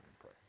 pray